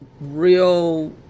real